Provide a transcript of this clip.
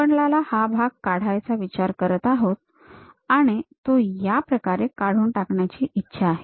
आपण हा भाग काढायचा विचार करत आहोत आणि तो या प्रकारे काढून टाकण्याची इच्छा आहे